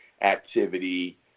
activity